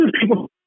people